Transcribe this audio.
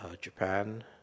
Japan